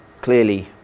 Clearly